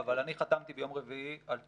אבל אני חתמתי ביום רביעי על תשובה,